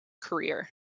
career